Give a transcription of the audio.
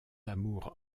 d’amour